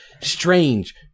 Strange